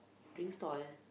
drink stall